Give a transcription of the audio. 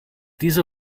diese